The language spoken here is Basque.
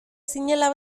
zinela